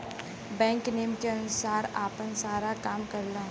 bank नियम के अनुसार आपन सारा काम करला